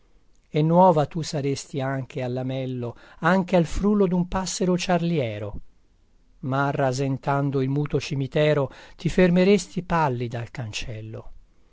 e nuova tu saresti anche allamello anche al frullo dun passero ciarliero ma rasentando il muto cimitero ti fermeresti pallida al cancello